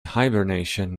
hibernation